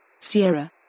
Sierra